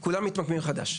כולם מתמקמים מחדש.